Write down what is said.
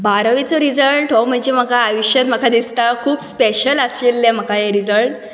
बारावेचो result हो म्हजे म्हाका आयुश्यान म्हाका दिसता खूब स्पॅशल आशिल्ले म्हाका ये रिजल्ट